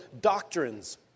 doctrines